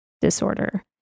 disorder